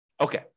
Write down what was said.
Okay